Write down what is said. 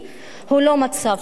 הוא לא מצב של כיבוש.